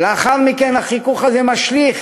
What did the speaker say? ולאחר מכן החיכוך הזה משליך